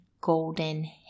golden